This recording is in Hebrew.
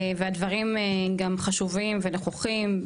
והדברים גם חשובים ונכוחים,